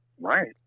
Right